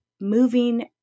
moving